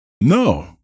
No